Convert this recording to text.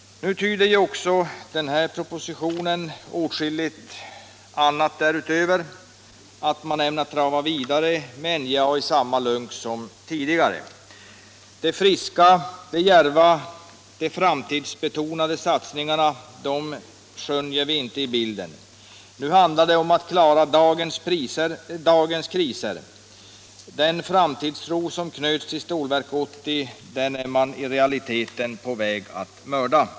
Nu tyder också den här propositionen och åtskilligt annat därutöver på att man ämnar trava vidare med NJA i samma lunk som tidigare. De friska, de djärva, de framtidsbetonade satsningarna skönjer vi inte i bilden. Nu handlar det om att klara dagens kriser. Den framtidstro som knöts till Stålverk 80 är man i realiteten på väg att mörda.